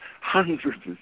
hundreds